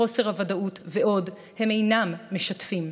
חוסר הוודאות ועוד הם אינם משתפים.